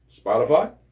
Spotify